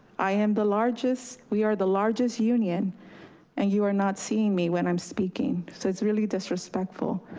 i am the largest, we are the largest union and you are not seeing me when i'm speaking. so it's really disrespectful.